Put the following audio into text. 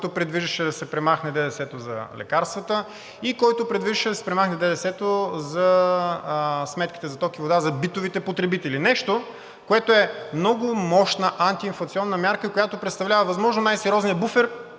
който предвиждаше да се премахне ДДС-то за лекарствата и който предвиждаше да се премахне ДДС-то за сметките за ток и вода за битовите потребители. Нещо, което е много мощна антиинфлационна мярка, която представлява възможно най-сериозния буфер,